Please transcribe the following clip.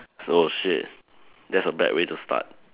oh shit that's a bad way to start